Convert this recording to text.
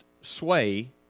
sway